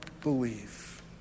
believe